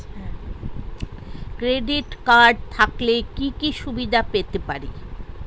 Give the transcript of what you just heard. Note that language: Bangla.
ক্রেডিট কার্ড থাকলে কি কি সুবিধা পেতে পারি?